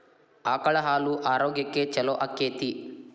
ಆಕಳ ಹಾಲು ಆರೋಗ್ಯಕ್ಕೆ ಛಲೋ ಆಕ್ಕೆತಿ?